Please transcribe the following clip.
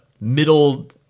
middle